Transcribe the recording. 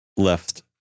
Left